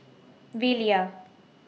Velia